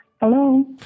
Hello